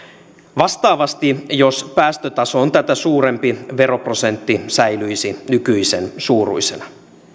vastaavasti jos päästötaso on tätä suurempi veroprosentti säilyisi nykyisen suuruisena